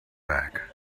back